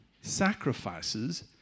sacrifices